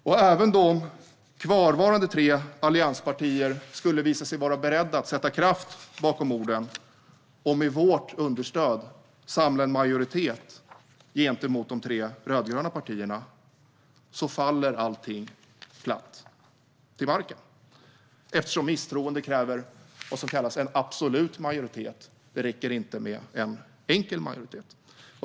Även om de tre kvarvarande allianspartierna är beredda att sätta kraft bakom orden och med vårt understöd samla en majoritet gentemot de tre rödgröna partierna faller allt platt till marken, eftersom misstroende kräver en absolut majoritet. Det räcker inte med en enkel majoritet.